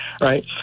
right